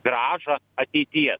grąžą ateityje